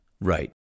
Right